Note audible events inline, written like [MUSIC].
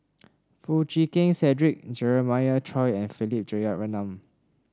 [NOISE] Foo Chee Keng Cedric Jeremiah Choy and Philip Jeyaretnam